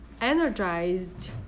energized